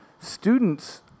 students